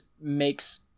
makes